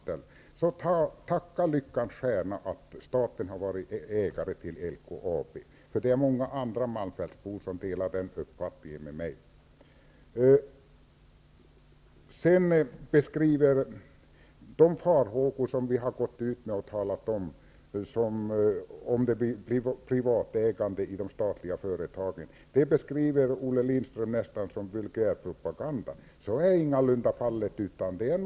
Tacka således lyckans stjärna för att staten har varit ägare till LKAB! Många andra malmfältsbor har samma uppfattning som jag. Olle Lindström framställer nästan som vulgärpropaganda de farhågor som vi haft för ett privatägande i de statliga företagen. Så är ingalunda fallet.